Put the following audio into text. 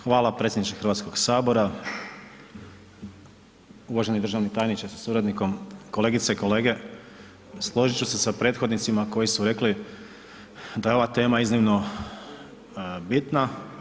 Hvala predsjedniče Hrvatskog sabora, uvaženi državni tajniče sa suradnikom, kolegice i kolege složit ću se sa prethodnicima koji su rekli da je ova tema iznimno bitna.